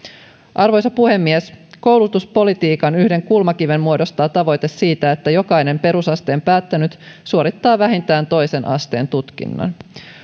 arvoisa puhemies koulutuspolitiikan yhden kulmakiven muodostaa tavoite siitä että jokainen perusasteen päättänyt suorittaa vähintään toisen asteen tutkinnon